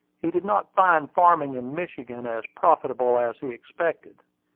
he did not find farming in michigan as profitable as he expected.